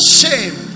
shame